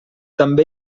també